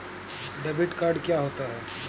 Debit card क्या होता है?